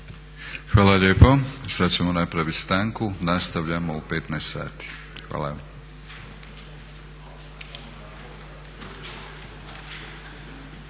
Hvala lijepo. Sad ćemo napraviti stanku. Nastavljamo u 15,00 sati. Hvala.